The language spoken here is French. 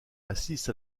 assiste